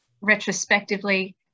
retrospectively